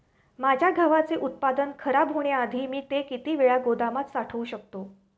माझे गव्हाचे उत्पादन खराब होण्याआधी मी ते किती काळ गोदामात साठवू शकतो?